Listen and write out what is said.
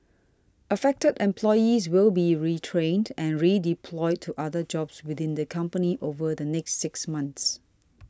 affected employees will be retrained and redeployed to other jobs within the company over the next six months